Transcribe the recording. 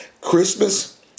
Christmas